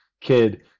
kid